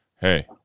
hey